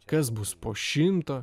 kas bus po šimto